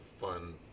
fun